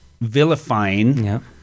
vilifying